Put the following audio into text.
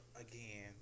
again